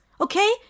okay